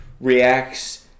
reacts